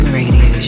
Radio